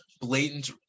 blatant